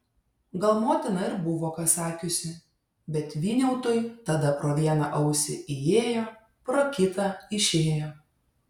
gal motina ir buvo ką sakiusi bet vyniautui tada pro vieną ausį įėjo pro kitą išėjo